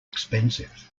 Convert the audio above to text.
expensive